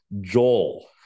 Joel